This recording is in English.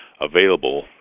available